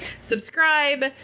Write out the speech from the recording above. subscribe